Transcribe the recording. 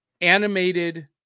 animated